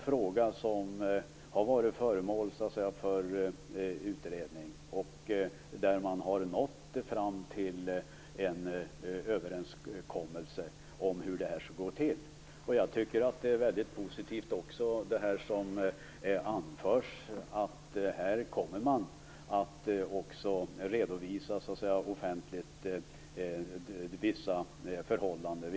Frågan har ju varit föremål för en utredning, och man har nått fram till en överenskommelse om hur det här skall gå till. Jag tycker att det som anförs är väldigt positivt, nämligen att här kommer man att offentligt redovisa vissa förhållanden.